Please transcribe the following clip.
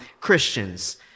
Christians